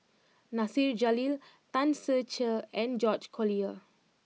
Nasir Jalil Tan Ser Cher and George Collyer